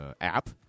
app